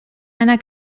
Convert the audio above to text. einer